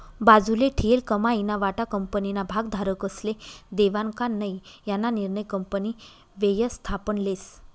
बाजूले ठीयेल कमाईना वाटा कंपनीना भागधारकस्ले देवानं का नै याना निर्णय कंपनी व्ययस्थापन लेस